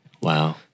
Wow